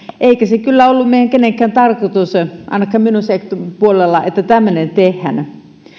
eikä se kyllä ollut meidän kenenkään tarkoitus ainakaan minun puoleltani että tämmöinen tehdään